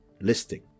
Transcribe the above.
listing